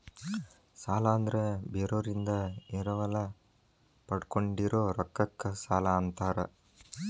ಸಾಲ ಅಂದ್ರ ಬೇರೋರಿಂದ ಎರವಲ ಪಡ್ಕೊಂಡಿರೋ ರೊಕ್ಕಕ್ಕ ಸಾಲಾ ಅಂತಾರ